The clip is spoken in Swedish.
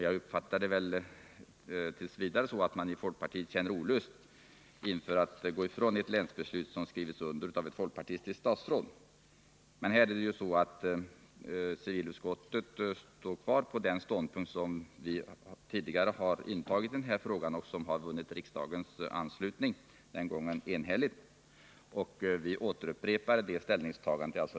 Jag fattar det t. v. så att man i folkpartiet känner olust inför att gå ifrån ett länsbeslut, som har skrivits under av ett folkpartistiskt statsråd. Civilutskottet står fast vid den ståndpunkt som det tidigare intagit i denna fråga och som har vunnit riksdagens anslutning — den gången enhälligt. Vi upprepar detta ställningstagande.